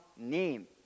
Name